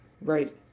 Right